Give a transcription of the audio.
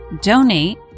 donate